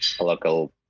local